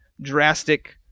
drastic